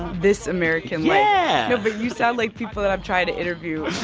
this american life. yeah no, but you sound like people that i'm trying to interview.